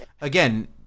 again